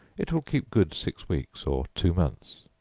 it will keep good six weeks or two months.